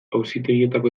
auzitegietako